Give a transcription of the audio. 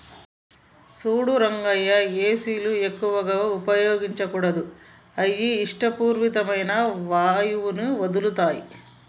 సూడు రంగయ్య ఏసీలు ఎక్కువగా ఉపయోగించకూడదు అయ్యి ఇషపూరితమైన వాయువుని వదులుతాయి